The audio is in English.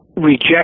reject